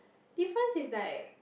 difference is like